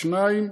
שניים,